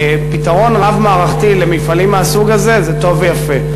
פתרון רב-מערכתי למפעלים מהסוג הזה זה טוב ויפה,